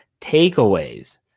takeaways